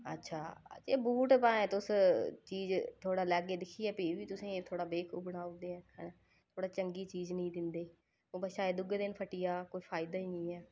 अच्छा एह् बूट भाएं तुस चीज़ थोह्ड़ा लैगे दिक्खियै फ्ही बी तुसें थोह्ड़ा बेबकूफ बनाई उड़दे ऐ थोह्ड़ा चंगी चीज़ नी दिंदे ओह् बे शाए दूए दिन फट्टी जा कोई फायदा ई नी ऐ